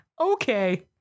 Okay